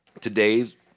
today's